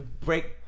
break